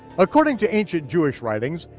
according to ancient jewish writings,